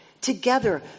together